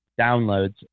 downloads